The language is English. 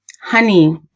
honey